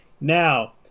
Now